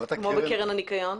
כמו בקרן הניקיון.